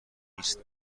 است